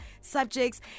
subjects